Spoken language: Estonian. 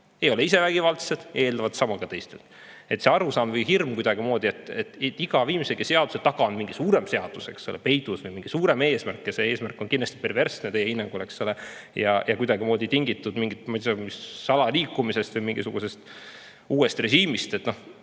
Ei ole ise vägivaldsed ja eeldavad sama ka teistelt. See arusaam või hirm, et iga viimse seaduse taga on mingi suurem seadus peidus või mingi suurem eesmärk, ja see eesmärk on kindlasti perversne teie hinnangul, eks ole, kuidagimoodi tingitud mingist salaliikumisest või mingisugusest uuesti režiimist – kogu